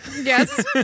yes